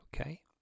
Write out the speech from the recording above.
Okay